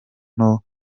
nto